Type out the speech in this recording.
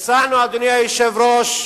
אדוני היושב-ראש,